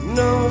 no